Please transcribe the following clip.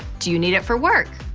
do you need it for work?